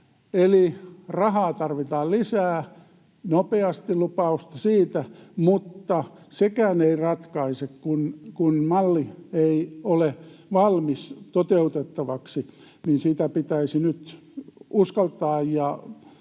Eli rahaa tarvitaan lisää, nopeasti lupausta siitä, mutta sekään ei ratkaise: kun malli ei ole valmis toteutettavaksi, niin sitä pitäisi nyt uskaltaa